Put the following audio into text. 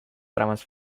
drames